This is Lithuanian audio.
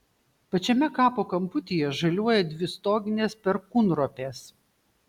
pačiame kapo kamputyje žaliuoja dvi stoginės perkūnropės